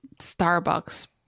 Starbucks